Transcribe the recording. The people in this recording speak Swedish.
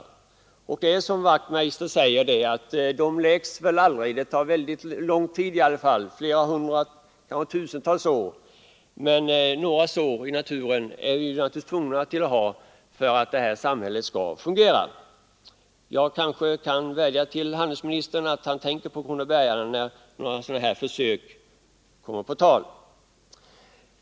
Som herr Wachtmeister i Johannishus sade tar det oerhört lång tid att läka såren efter torvtäkter i våra mossar — antagligen många hundra eller kanske rent av tusentals år — men några sår i naturen får vi finna oss i om vi vill ha ett samhälle som fungerar. Jag kanske därför får vädja till handelsministern om att han tänker på kronobergarna när sådana torvtäktförsök kommer på tal.